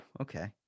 Okay